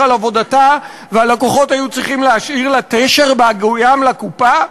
על עבודתה והלקוחות היו צריכים להשאיר לה תשר בהגיעם לקופה,